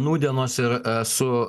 nūdienos ir esu